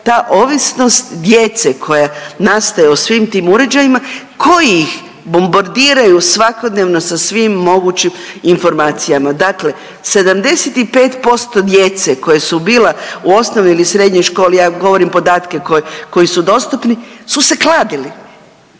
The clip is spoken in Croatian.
ta ovisnost djeca koja nastaje o svim tim uređajima koji ih bombardiraju svakodnevno sa svim mogućim informacijama. Dakle, 75% djece koja su bila u osnovnoj ili srednjoj školi, ja govorim podatke koji su dostupni, su se kladili.